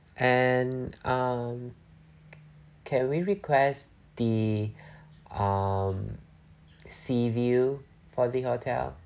and um can we request the um sea view for the hotel